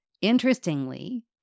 Interestingly